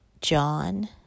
John